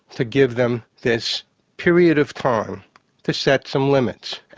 to give them this period of calm to set some limits.